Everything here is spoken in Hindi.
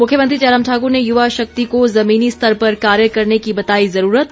मुख्यमंत्री जयराम ठाकुर ने युवा शक्ति को जमीनी स्तर पर कार्य करने की बताई जरूरत